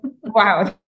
Wow